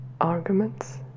arguments